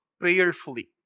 prayerfully